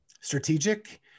strategic